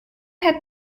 had